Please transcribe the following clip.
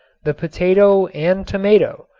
the potato and tomato,